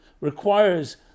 requires